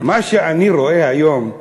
מה שאני רואה היום,